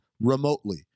remotely